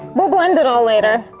we'll blend it all later.